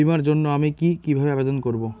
বিমার জন্য আমি কি কিভাবে আবেদন করব?